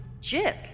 jip